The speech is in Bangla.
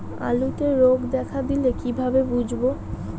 আলুতে রোগ দেখা দিলে কিভাবে বুঝবো?